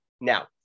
Now